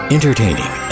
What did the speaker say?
Entertaining